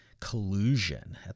collusion